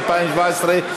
לאיזה ועדה את רוצה להעביר?